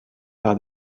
par